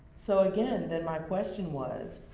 so again, then my question was,